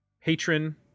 patron